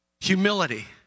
Humility